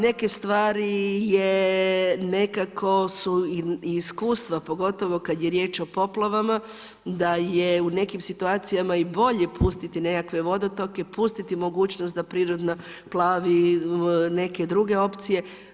Neke stvari je nekako su i iskustva pogotovo kada je riječ o poplavama da je u nekim situacijama i bolje pustiti nekakve vodotoke, pustiti mogućnost da priroda plavi neke druge opcije.